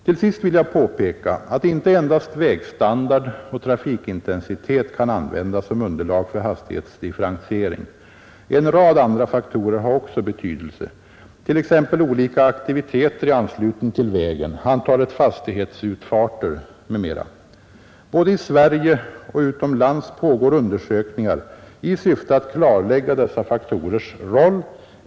Till sist vill jag påpeka att inte endast vägstandard och trafikintensitet kan användas som underlag för hastighetsdifferentiering. En rad andra faktorer har också betydelse, t.ex. olika aktiviteter i anslutning till vägen, antalet fastighetsutfarter m.m. Både i Sverige och utomlands pågår undersökningar i syfte att klarlägga dessa faktorers roll.